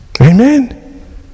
Amen